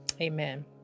amen